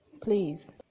please